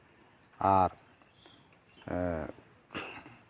ᱟᱨ